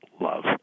love